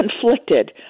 conflicted